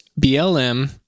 BLM